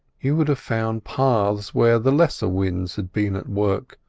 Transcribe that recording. you would have found paths where the lesser winds had been at work,